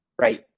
right